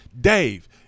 Dave